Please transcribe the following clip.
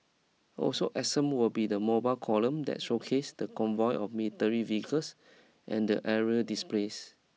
also absent will be the mobile column that showcases the convoy of military vehicles and the aerial displays